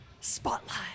Spotlight